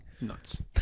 Nuts